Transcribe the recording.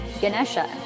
Ganesha